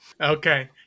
Okay